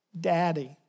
Daddy